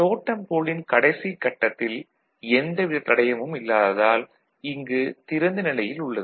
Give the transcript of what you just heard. totem pole ன் கடைசிக் கட்டத்தில் எந்த வித தடையமும் இல்லாததால் இங்கு திறந்த நிலையில் உள்ளது